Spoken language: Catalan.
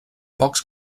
pocs